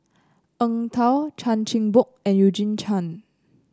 Eng Tow Chan Chin Bock and Eugene Chen